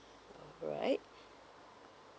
alright